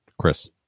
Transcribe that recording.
Chris